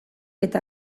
eta